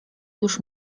już